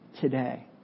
today